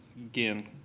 again